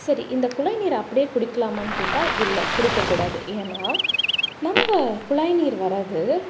சரி இந்த குழாய் நீரை அப்படியே குடிக்கலாமான்னு கேட்டால் இல்லை குடிக்கக்கூடாது ஏன்னா நம்ம குழாய் நீர் வராது